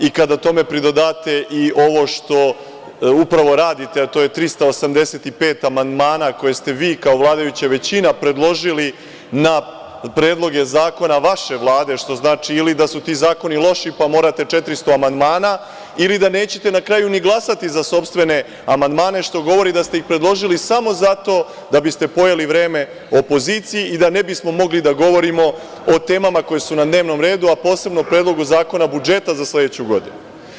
I kada tome pridodate i ovo što upravo radite, a to je 385 amandmana koje ste vi kao vladajuća većina predložili na predloge zakona vaše Vlade, što znači ili da su ti zakoni loši pa morate 400 amandmana ili da nećete na kraju ni glasati za sopstvene amandmane, što govori da ste ih predložili samo zato da biste pojeli vreme opoziciji i da ne bismo mogli da govorimo o temama koje su na dnevnom redu, a posebno o Predlogu zakona budžeta za sledeću godinu.